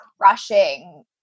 crushing